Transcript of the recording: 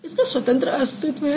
इसका स्वतंत्र अस्तित्व है